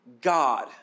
God